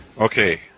Okay